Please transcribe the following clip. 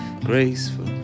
graceful